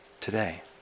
today